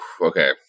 okay